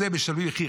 משלמים מחיר.